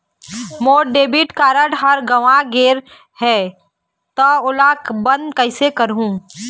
मोर debit card हर गंवा गैर गए हे त ओला बंद कइसे करहूं?